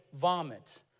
vomit